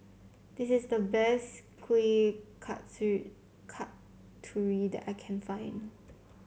this is the best Kuih Kasturi that I can find